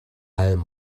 allem